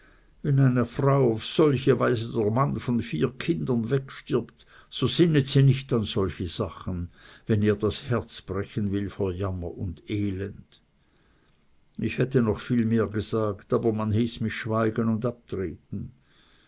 wenn einer frau auf solche weise der mann von vier kindern wegstirbt so sinnet sie nicht an solche sachen wenn ihr das herz brechen will vor jammer und elend ich hätte noch viel mehr gesagt aber man hieß mich schweigen und abtreten